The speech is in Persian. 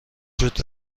وجود